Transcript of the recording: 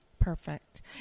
Perfect